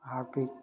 Harpic